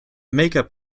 makeup